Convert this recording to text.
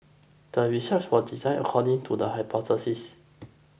the research was designed according to the hypothesis